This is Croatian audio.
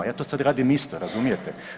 Ja to sad radim isto, razumijete.